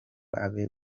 abe